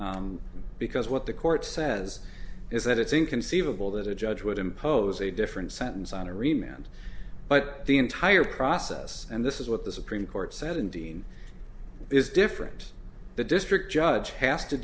because what the court says is that it's inconceivable that a judge would impose a different sentence on every man but the entire process and this is what the supreme court said and dean is different the district judge has to